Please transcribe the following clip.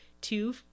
two